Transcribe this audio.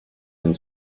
can